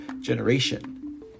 generation